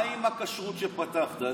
מה עם הכשרות שפתחת?